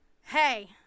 hey